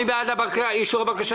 מי בעד אישור הבקשה?